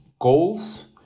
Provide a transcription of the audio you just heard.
goals